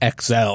XL